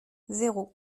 zéro